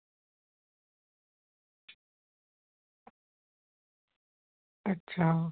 आं